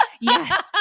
Yes